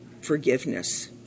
forgiveness